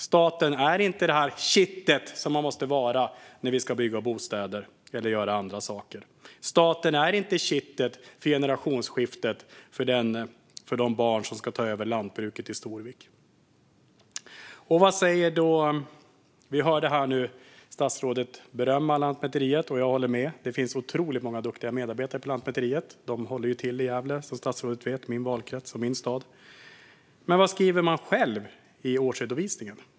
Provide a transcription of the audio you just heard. Staten är inte det kitt den måste vara när vi ska bygga bostäder eller göra andra saker. Staten är inte kittet för generationsskiftet för de barn som ska ta över lantbruket i Storvik. Vi hörde nu statsrådet berömma Lantmäteriet. Jag håller med - det finns otroligt många duktiga medarbetare på Lantmäteriet. De håller till i Gävle, som statsrådet vet, min valkrets och min stad. Men vad skriver de själva i sin årsredovisning?